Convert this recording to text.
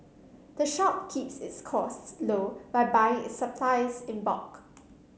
the shop keeps its costs low by buying its supplies in bulk